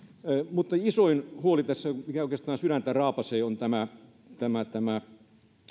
mutta isoin huoli tässä mikä oikeastaan sydäntä raapaisee on tämä tämä